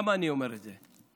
למה אני אומר את זה?